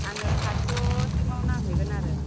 आंनो फासस' सिमाव नांहैगोन आरो